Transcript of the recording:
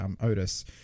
Otis